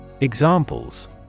Examples